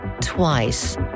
twice